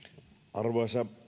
arvoisa